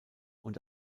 und